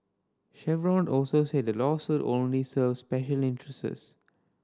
Chevron also said the lawsuit only serve special interests